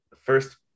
First